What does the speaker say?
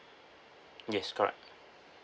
yes correct